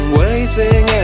waiting